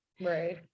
Right